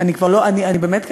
אני באמת,